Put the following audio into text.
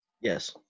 Yes